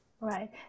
Right